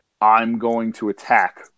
I'm-going-to-attack